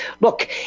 Look